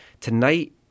Tonight